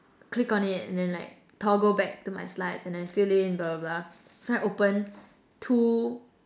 click on it and then like toggle back to my slides and then fill in blah blah blah so I open two